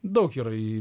daug yra į